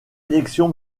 élection